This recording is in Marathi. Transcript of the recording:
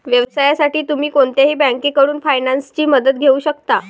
व्यवसायासाठी तुम्ही कोणत्याही बँकेकडून फायनान्सची मदत घेऊ शकता